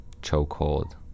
chokehold